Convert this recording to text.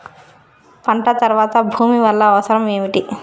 పంట తర్వాత భూమి వల్ల అవసరం ఏమిటి?